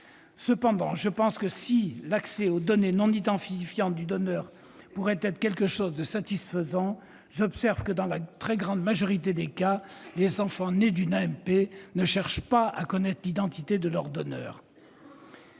Cependant, si ouvrir l'accès aux données non identifiantes du donneur pourrait être une mesure satisfaisante, j'observe que, dans la très grande majorité des cas, les enfants nés d'une AMP ne cherchent pas à connaître l'identité du donneur.